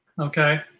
Okay